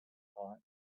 thought